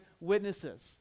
witnesses